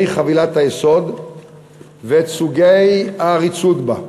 חבילת היסוד ואת סוגי הערוצים בה,